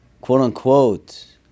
quote-unquote